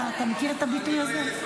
אתה מכיר את הביטוי הזה?